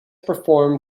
perform